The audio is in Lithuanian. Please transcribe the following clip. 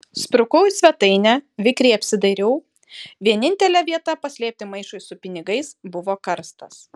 sprukau į svetainę vikriai apsidairiau vienintelė vieta paslėpti maišui su pinigais buvo karstas